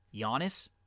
Giannis